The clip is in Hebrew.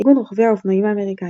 איגוד רוכבי האופנועים האמריקאי